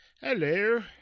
Hello